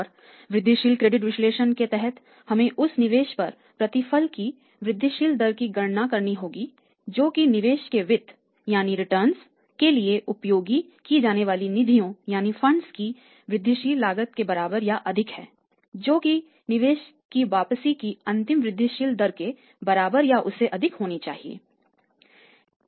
और वृद्धिशील क्रेडिट विश्लेषण के तहत हमें उस निवेश पर प्रतिफल की वृद्धिशील दर की गणना करनी होगी जो कि निवेश के वित्त की वृद्धिशील लागत के बराबर या अधिक है जो कि निवेश की वापसी की अंतिम वृद्धिशील दर के बराबर या उससे अधिक होनी चाहिए